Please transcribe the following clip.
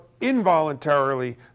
involuntarily